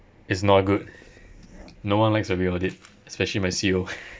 it's not good no one likes be audit especially my C_O